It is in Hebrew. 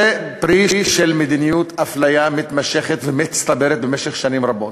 זה פרי של מדיניות אפליה מתמשכת ומצטברת במשך שנים רבות.